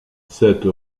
cette